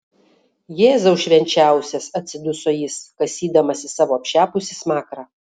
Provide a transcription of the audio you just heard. jėzau švenčiausias atsiduso jis kasydamasis savo apšepusį smakrą